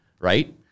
right